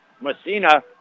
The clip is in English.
Messina